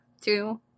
Two